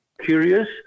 curious